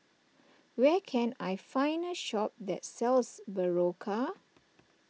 where can I find a shop that sells Berocca